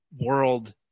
World